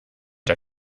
der